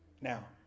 Now